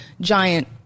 giant